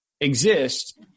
exist